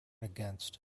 against